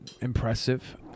impressive